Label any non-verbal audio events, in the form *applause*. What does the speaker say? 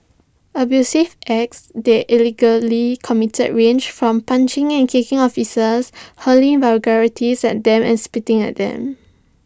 abusive acts they *unintelligible* committed range from punching and kicking officers hurling vulgarities at them and spitting at them